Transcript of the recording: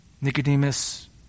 Nicodemus